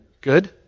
good